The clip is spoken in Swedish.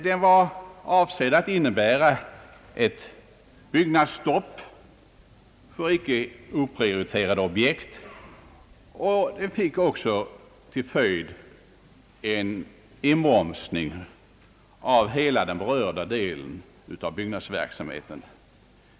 Den var avsedd att innebära ett byggnadsstopp för oprioriterade objekt, och den fick också till följd en inbromsning av hela den berörda delen av byggnadsverksamheten.